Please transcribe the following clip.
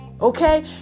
Okay